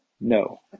No